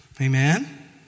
Amen